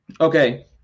Okay